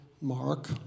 mark